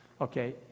Okay